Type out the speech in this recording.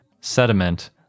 sediment